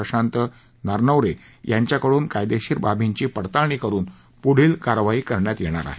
प्रशांत नारनवरे यांच्या कडून कायदेशीर बाबींची पडताळणी करून पुढील कारवाई करण्यात येणार आहे